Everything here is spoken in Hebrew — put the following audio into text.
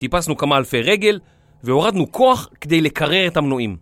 טיפסנו כמה אלפי רגל והורדנו כוח כדי לקרר את המנועים